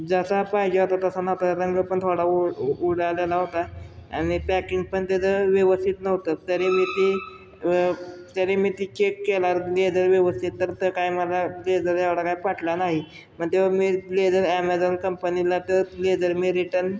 जसा पाहिजे होता तसा नव्हता रंग पण थोडा उ उडालेला होता आणि पॅकिंग पण त्याचं व्यवस्थित नव्हतं तरी मी ती तरी मी ती चेक केल्यावर ब्लेझर व्यवस्थित तर तर काय मला ब्लेझर एवढा काय पटला नाही पण तेव्हा मी ब्लेझर ॲमेझॉन कंपनीला तर ब्लेझर मी रिटर्न